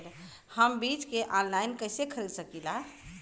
हम बीज के आनलाइन कइसे खरीद सकीला?